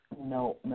no